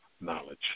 knowledge